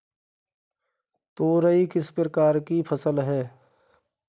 तोरई किस प्रकार की फसल है?